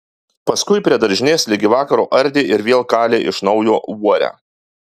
paskui prie daržinės ligi vakaro ardė ir vėl kalė iš naujo uorę